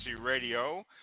Radio